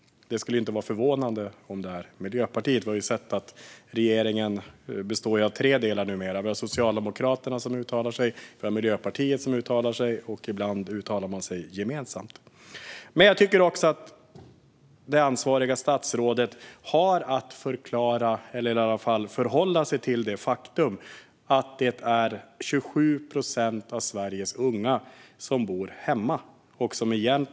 Det skulle inte vara förvånande om det är Miljöpartiet. Regeringen består numera av tre delar. Det är Socialdemokraterna som uttalar sig. Det är Miljöpartiet som uttalar sig. Och ibland uttalar de sig gemensamt. Jag tycker att det ansvariga statsrådet har att förklara eller i alla fall förhålla sig till det faktum att 27 procent av Sveriges unga bor hemma.